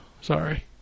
Sorry